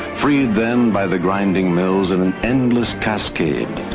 freed then by the grinding mills in an endless cascade,